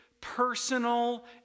personal